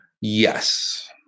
Yes